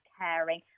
caring